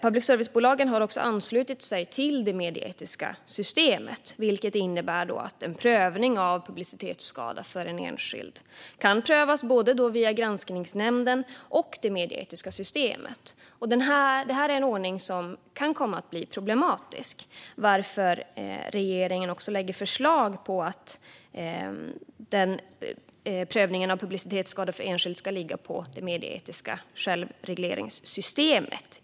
Public service-bolagen har anslutit sig till det medieetiska systemet, vilket innebär att en prövning av publicitetsskada för en enskild kan prövas både via granskningsnämnden och via det medieetiska systemet. Det här är en ordning som kan komma att bli problematisk, varför regeringen också lägger förslag på att prövningen av publicitetsskada för enskild i stället ska ligga på det medieetiska självregleringssystemet.